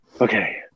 okay